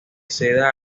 seda